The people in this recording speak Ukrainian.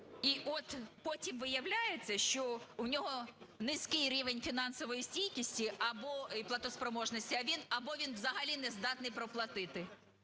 І от потім виявляється, що у нього низький рівень фінансової стійкості і платоспроможності або він взагалі не здатний проплатити.